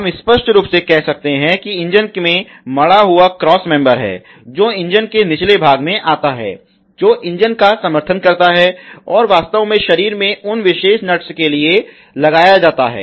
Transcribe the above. हम स्पष्ट रूप से कह सकते हैं कि इंजन में मढ़ा हुआ क्रॉस मेंबर है जो इंजन के निचले भाग में आता है जो इंजन का समर्थन करता है जो वास्तव में शरीर में उन विशेष नट्स के लिए लगाया जाता है